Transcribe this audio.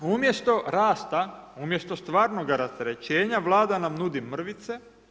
Umjesto rasta, umjesto stvarnoga rasterećenja, Vlada nam nudi mrvice.